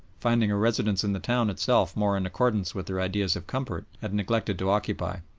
finding a residence in the town itself more in accordance with their ideas of comfort, had neglected to occupy.